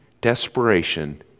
desperation